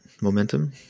Momentum